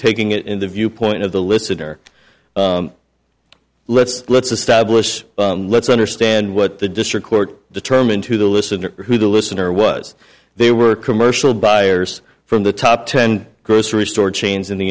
taking it in the viewpoint of the listener let's let's establish let's understand what the district court determined to the listener who the listener was they were commercial buyers from the top ten grocery store chains in the